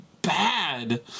Bad